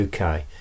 UK